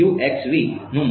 મારી કુહાડીઓ શું છે